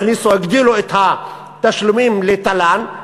הגדילו את התשלומים לתל"ן,